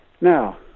Now